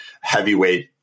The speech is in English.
heavyweight